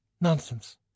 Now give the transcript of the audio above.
Nonsense